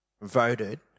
voted